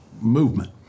movement